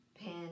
pen